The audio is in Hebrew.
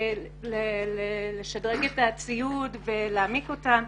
שדרוג הציוד ולהעמיק אותן,